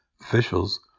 officials